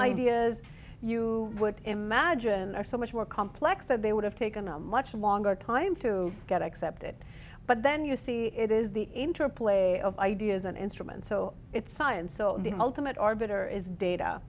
ideas you would imagine are so much more complex that they would have taken a much longer time to get accepted but then you see it is the interplay of ideas and instruments so it's science so the ultimate arbiter is data